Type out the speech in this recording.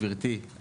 גבירתי,